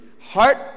heart